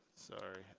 sorry,